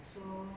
so